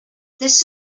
this